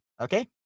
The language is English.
okay